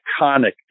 iconic